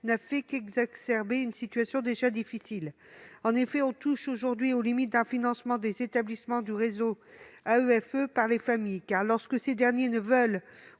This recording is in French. n'a fait qu'exacerber une situation déjà difficile. On touche aujourd'hui aux limites du financement des établissements du réseau de l'AEFE par les familles, car, lorsque ces dernières ne veulent